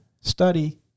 study